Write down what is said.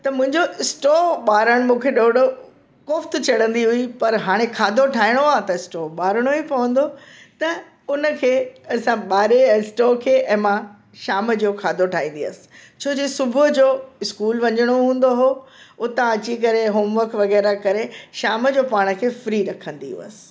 त मुंहिंजो स्टोव बारण मूंखे ॾाढो कोफ़्त चढ़ंदी हुई पर हाणे खाधो ठाहिणो आहे त त स्टोव बारिणो ई पवंदो त उनखे असां बारे स्टोव खे ऐं मां शाम जो खाधो ठाहींदी हुयसि छो जे सुबुह जो इस्कूल वञिणो हूंदो हो उता अची करे होमवर्क वग़ैरह करे शाम जो पाण खे फ्री रखंदी हुयसि